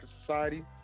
society